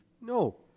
No